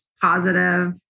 positive